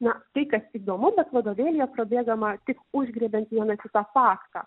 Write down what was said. na tai kas įdomu bet vadovėlyje prabėgama tik užgriebiant vieną kitą faktą